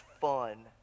fun